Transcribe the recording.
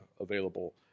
available